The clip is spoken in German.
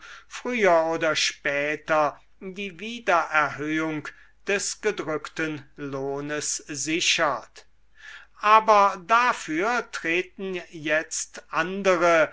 früher oder später die wiedererhöhung des gedrückten lohnes sichert aber dafür treten jetzt andere